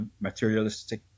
materialistic